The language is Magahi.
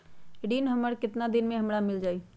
ऋण हमर केतना दिन मे हमरा मील जाई?